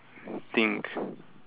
think